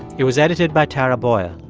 it was edited by tara boyle.